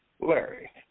Larry